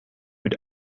mit